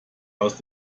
aus